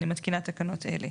אני מתקינה תקנות אלה: